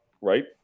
right